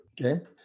Okay